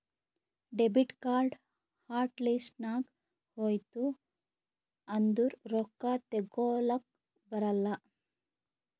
debit card hot list ನಾಗ್ ಹೋಯ್ತು ಅಂದುರ್ ರೊಕ್ಕಾ ತೇಕೊಲಕ್ ಬರಲ್ಲ